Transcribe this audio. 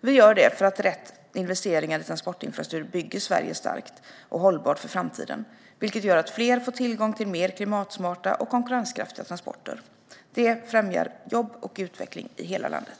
Vi gör det för att rätt investeringar i transportinfrastruktur bygger Sverige starkt och hållbart för framtiden, vilket gör att fler får tillgång till mer klimatsmarta och konkurrenskraftiga transporter. Detta främjar jobb och utveckling i hela landet.